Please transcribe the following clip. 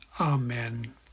Amen